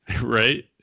Right